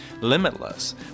limitless